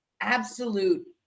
absolute